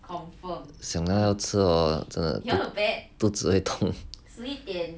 想到要吃哦肚子会痛